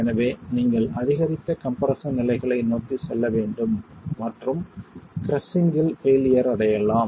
எனவே நீங்கள் அதிகரித்த கம்ப்ரெஸ்ஸன் நிலைகளை நோக்கி செல்ல வேண்டும் மற்றும் கிரஸ்ஸிங் இல் பெயிலியர் அடையலாம்